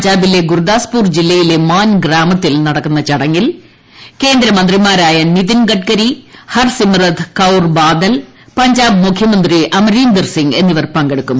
പഞ്ചാബിലെ ഗുർദാസ്പൂർ ജില്ലയിലെ മാൻ ഗ്രാമത്തിൽ നടക്കുന്ന ചടങ്ങിൽ കേന്ദ്ര മന്ത്രിമാരായ നിതിൻ ഗഡ്കരി ഹർസിമ്രത് കൌർബാദൽ പഞ്ചാബ് മൂഖ്യമിന്തി അമരീന്ദർ സിംഗ് എന്നിവർ പങ്കെടുക്കും